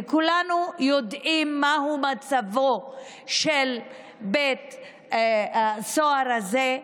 וכולנו יודעים מהו מצבו של בית הסוהר הזה,